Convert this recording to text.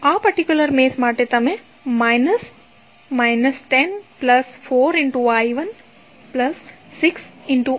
આ particular mesh માટે તમે માઇનસ 104i160 લખી શકશો